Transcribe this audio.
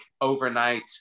overnight